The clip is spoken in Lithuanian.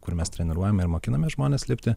kur mes treniruojame ir mokiname žmones lipti